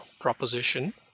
proposition